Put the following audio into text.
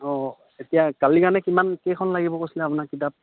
অঁ এতিয়া কালি কাৰণে কিমান কেইখন লাগিব কৈছিলে আপোনাক কিতাপ